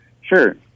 Sure